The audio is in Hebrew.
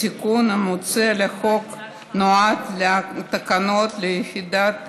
התיקון המוצע בחוק נועד להקנות ליחידת